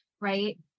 right